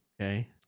okay